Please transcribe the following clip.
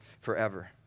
forever